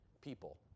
people